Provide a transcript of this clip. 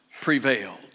prevailed